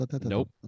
Nope